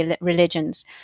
religions